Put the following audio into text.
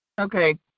Okay